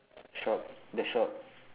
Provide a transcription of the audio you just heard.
shop the shop